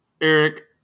Eric